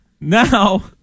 Now